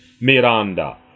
Miranda